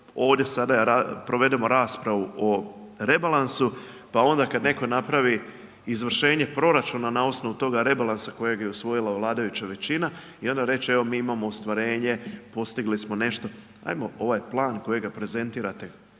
ovdje sada provedemo raspravu o rebalansu pa onda kad netko napravi izvršenje proračuna na osnovu toga rebalansa kojeg je osvojila vladajuća većina i onda reći evo, mi imamo ostvarenje, postigli smo nešto. Hajmo ovaj plan kojega prezentirate,